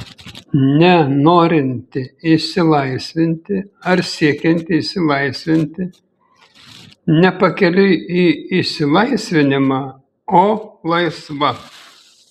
ne norinti išsilaisvinti ar siekianti išsilaisvinti ne pakeliui į išsilaisvinimą o laisva